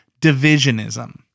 divisionism